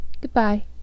Goodbye